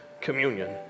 communion